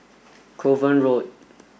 Kovan Road